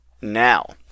Now